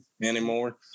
anymore